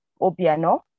Obiano